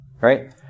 right